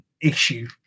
issue